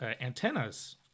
antennas